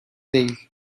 değil